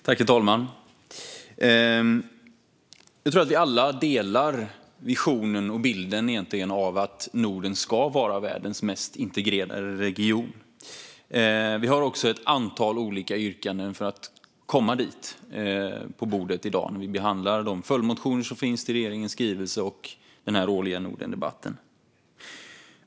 Herr talman! Jag tror att vi alla delar visionen och bilden av att Norden ska vara världens mest integrerade region. Vi har också ett antal olika yrkanden på bordet för att komma dit när vi i dag behandlar de följdmotioner som finns till regeringens skrivelse och den här årliga Nordendebatten.